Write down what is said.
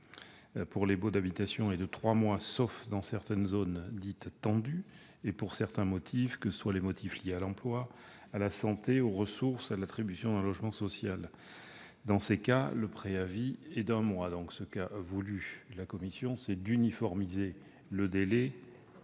pour les baux d'habitation est de trois mois, sauf dans certaines zones dites tendues et pour certains motifs, que ceux-ci soient liés à l'emploi, à la santé, aux ressources, à l'attribution d'un logement social. Dans ces cas, le préavis est d'un mois. La commission a souhaité uniformiser les délais